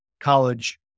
college